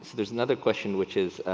there's another question which is,